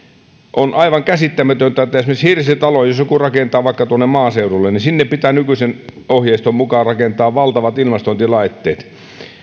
on aivan käsittämätöntä että jos joku rakentaa esimerkiksi hirsitalon tuonne maaseudulle niin sinne pitää nykyisen ohjeiston mukaan rakentaa valtavat ilmastointilaitteet